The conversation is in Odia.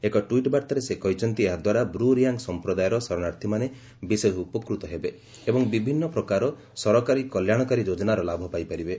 ଏକ ଟ୍ୱିଟ୍ ବାର୍ଭାରେ ସେ କହିଛନ୍ତି ଏହାଦ୍ୱାରା ବ୍ର ରିଆଙ୍ଗ୍ ସମ୍ପ୍ରଦାୟର ଶରଣାର୍ଥୀମାନେ ବିଶେଷ ଉପକୃତ ହେବେ ଏବଂ ବିଭିନ୍ନ ପ୍ରକାର ସରକାରୀ କଲ୍ୟାଣକାରୀ ଯୋଜନାର ଲାଭ ପାଇପାରିବେ